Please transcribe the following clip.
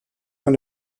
von